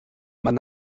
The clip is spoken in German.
man